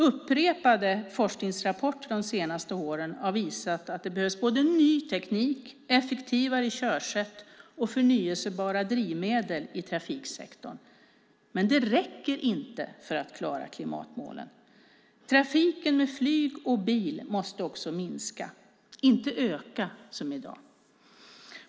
Upprepade forskningsrapporter de senaste åren har visat att det behövs både ny teknik, effektivare körsätt och förnybara drivmedel i trafiksektorn. Men det räcker inte för att klara klimatmålen. Trafiken med flyg och bil måste också minska, inte öka som i dag.